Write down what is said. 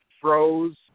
froze